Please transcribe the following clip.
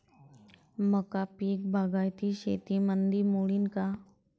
मका पीक बागायती शेतीमंदी मोडीन का?